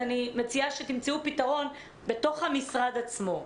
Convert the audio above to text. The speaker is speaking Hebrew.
אז אני מציעה שתמצאו פתרון בתוך המשרד עצמו.